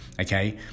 okay